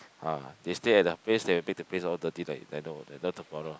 ah they stay at the place then you make the place all dirty like no like not the floral